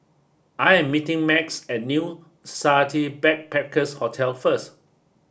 I am meeting Max at New Society Backpackers Hotel first